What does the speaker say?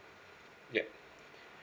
yup